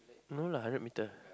no lah hundred metre